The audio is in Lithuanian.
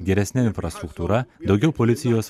geresne infrastruktūra daugiau policijos